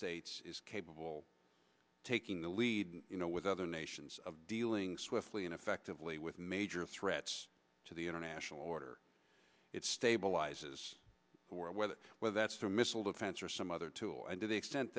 states is capable of taking the lead you know with other nations of dealing swiftly and effectively with major threats to the international order it stabilizes the world whether well that's their missile defense or some other tool and to the extent